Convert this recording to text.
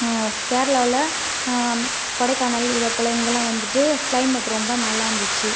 கேரளாவில் கொடைக்கானல் இதை போல் இங்கெல்லாம் வந்துட்டு ஃக்ளைமேட் ரொம்ப நல்லாருந்திச்சு